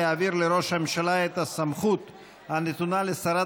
להעביר לראש הממשלה את הסמכות הנתונה לשרת